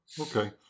Okay